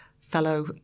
fellow